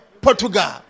Portugal